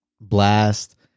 Blast